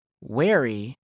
wary